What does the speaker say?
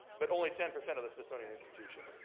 but only ten percent of the smithsonian institution.